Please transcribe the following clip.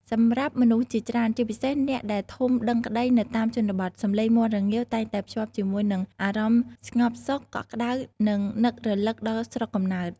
សម្រាប់មនុស្សជាច្រើន ជាពិសេសអ្នកដែលធំដឹងក្តីនៅតាមជនបទ សំឡេងមាន់រងាវតែងតែភ្ជាប់ជាមួយនឹងអារម្មណ៍ស្ងប់សុខ កក់ក្តៅ និងនឹករលឹកដល់ស្រុកកំណើត។